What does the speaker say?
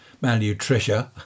malnutrition